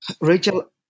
Rachel